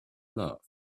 love